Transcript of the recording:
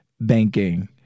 banking